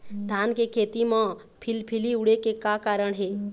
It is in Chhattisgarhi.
धान के खेती म फिलफिली उड़े के का कारण हे?